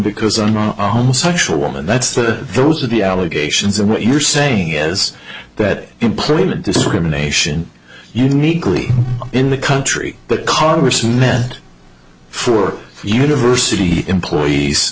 because i'm on such a woman that's the those are the allegations and what you're saying is that employment discrimination uniquely in the country but congress and meant for university employees